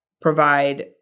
provide